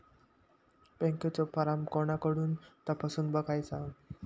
बँकेचो फार्म कोणाकडसून तपासूच बगायचा?